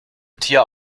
tier